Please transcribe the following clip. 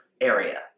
area